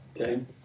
Okay